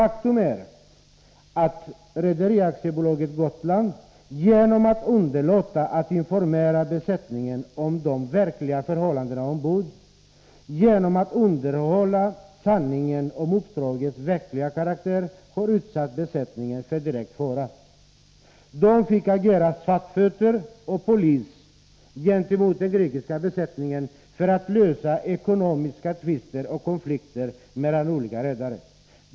Faktum är att Rederi AB Gotland, genom att underlåta att informera besättningen om de verkliga förhållandena ombord och genom att undanhålla sanningen om uppdragets verkliga karaktär, har utsatt besättningen för direkt fara. Besättningsmännen fick agera svartfötter och polis gentemot den grekiska besättningen för att lösa ekonomiska tvister och konflikter mellan olika redare.